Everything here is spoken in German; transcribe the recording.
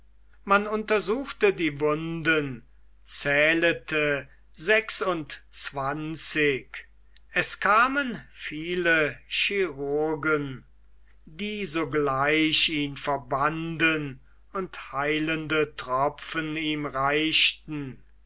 man untersuchte die wunden zählete sechsundzwanzig es kamen viele chirurgen die sogleich ihn verbanden und heilende tropfen ihm reichten